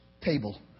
table